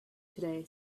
today